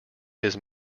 his